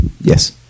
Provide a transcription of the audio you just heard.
Yes